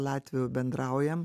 latvių bendraujam